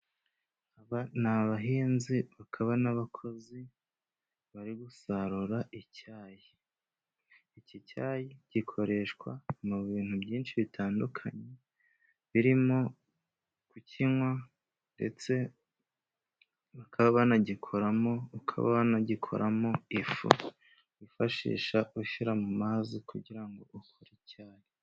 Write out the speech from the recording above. Aba ni abahinzi bakaba n'abakozi bari gusarura icyayi. iki cyayi gikoreshwa mu bintu byinshi bitandukanye birimo kukinywa, ndetse bakaba banagikoramo, ukaba wanagikoramo ifu wifashisha ushyira mu mazi kugira ngo ukore icyayi.